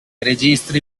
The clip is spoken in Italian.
registri